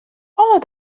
alle